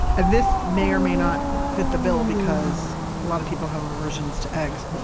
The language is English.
and this may or may not fit the bill because a lot of people have aversions to eggs,